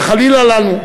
וחלילה לנו.